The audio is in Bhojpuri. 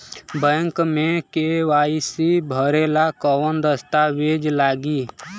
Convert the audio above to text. बैक मे के.वाइ.सी भरेला कवन दस्ता वेज लागी?